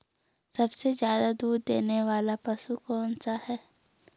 सबसे ज़्यादा दूध देने वाला पशु कौन सा है?